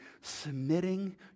submitting